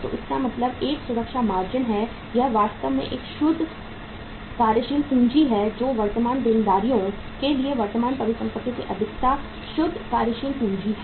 तो इसका मतलब एक सुरक्षा मार्जिन है यह वास्तव में एक शुद्ध कार्यशील पूंजी है जो वर्तमान देनदारियों के लिए वर्तमान परिसंपत्ति की अधिकता शुद्ध कार्यशील पूंजी है